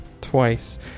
Twice